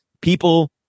people